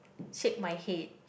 shake my head